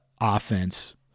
offense